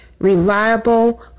reliable